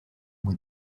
muy